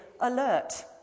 alert